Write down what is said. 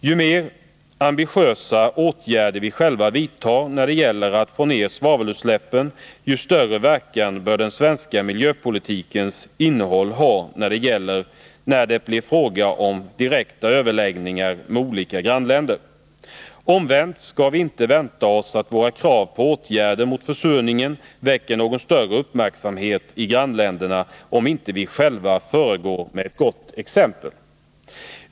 Ju mer ambitiösa åtgärder vi själva vidtar när det gäller att minska svavelutsläppen, desto större verkan bör den svenska miljöpolitikens innehåll ha när det blir fråga om direkta överläggningar med olika grannländer. Omvänt skall vi inte vänta oss att våra krav på åtgärder mot försurningen väcker någon större uppmärksamhet i grannländerna, om vi inte själva föregår med gott exempel.